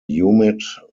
humid